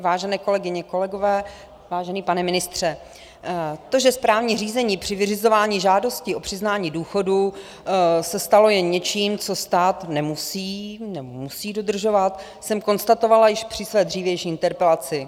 Vážené kolegyně, kolegové, vážený pane ministře, to, že správní řízení při vyřizování žádosti o přiznání důchodu se stalo jen něčím, co stát nemusí nebo musí dodržovat, jsem konstatovala již při své dřívější interpelaci.